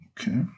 Okay